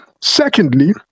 Secondly